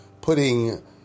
putting